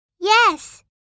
Yes